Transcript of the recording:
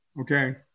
okay